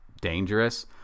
dangerous